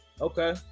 Okay